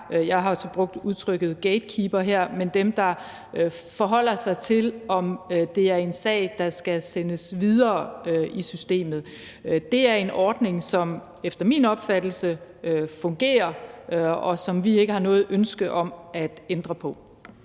jeg har så brugt udtrykket gatekeeper her, der forholder sig til, om det er en sag, der skal sendes videre i systemet – er en måde, som efter min opfattelse fungerer, og som vi ikke har noget ønske om at ændre på.